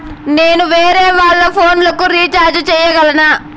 నేను వేరేవాళ్ల ఫోను లకు రీచార్జి సేయగలనా?